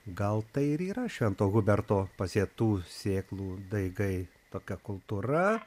gal tai ir yra švento huberto pasėtų sėklų daigai tokia kultūra